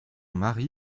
mari